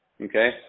okay